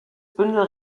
bündel